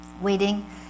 waiting